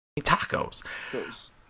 tacos